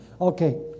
Okay